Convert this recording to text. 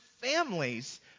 families